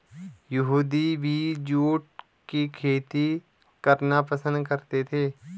यहूदी भी जूट की खेती करना पसंद करते थे